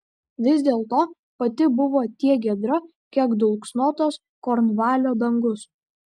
vis dėlto pati buvo tiek giedra kiek dulksnotas kornvalio dangus